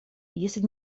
если